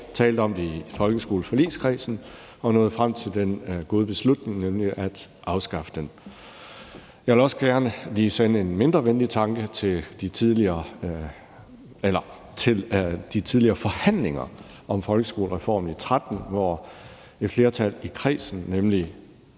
talte om det i folkeskoleforligskredsen og nåede frem til den gode beslutning om at afskaffe den. Jeg vil også gerne lige sende en mindre venlig tanke tilbage til de daværende forhandlinger om folkeskolereformen i 2013, hvor et flertal i kredsen